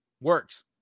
Works